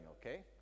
okay